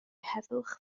heddwch